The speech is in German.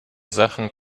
sachen